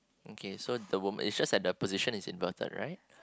okay so the woman it's just that the position is inverted